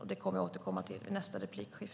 Det återkommer jag till i nästa inlägg.